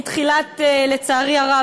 לצערי הרב,